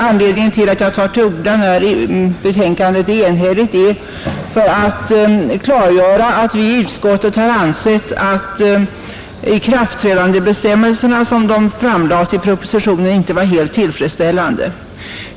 Anledningen till att jag tar till orda när betänkandet är enhälligt är att jag önskar klargöra att vi i utskottet har ansett att ikraftträdandebestämmelserna, som de framlades i propositionen, inte var helt tillfredsställande.